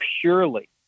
purely